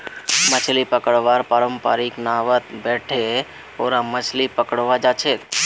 मछली पकड़वार पारंपरिक नावत बोठे ओरा मछली पकड़वा जाछेक